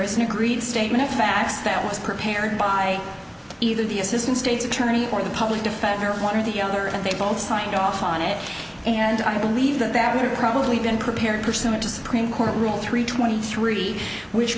an agreed statement of facts that was prepared by either the assistant state's attorney or the public defender one or the other and they both signed off on it and i believe that that would have probably been prepared pursuant to supreme court rule three twenty three which